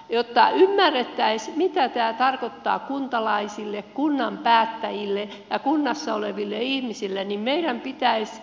mutta jotta ymmärrettäisiin mitä tämä tarkoittaa kuntalaisille kunnan päättäjille ja kunnassa oleville ihmisille niin meidän pitäisi